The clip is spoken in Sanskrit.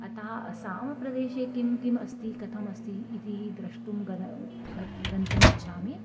अतः असामप्रदेशे किं किम् अस्ति कथम् अस्ति इति द्रष्टुं गन्तुं गन्तुम् इच्छामि